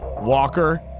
Walker